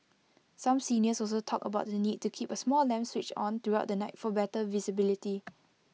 some seniors also talked about the need to keep A small lamp switched on throughout the night for better visibility